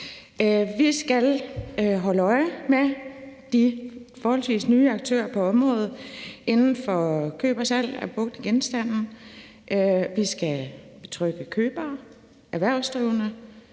Vi skal holde øje med de forholdvis nye aktører på området inden for køb og salg af brugte genstande. Vi skal betrygge købere, erhvervsdrivende